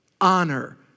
honor